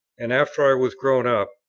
and after i was grown up,